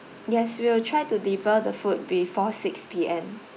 yes we will try to deliver the food before six P_M